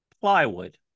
Plywood